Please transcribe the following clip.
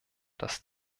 dass